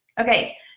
Okay